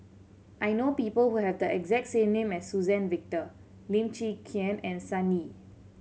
I know people who have the exact name as Suzann Victor Lim Chwee Chian and Sun Yee